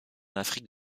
afrique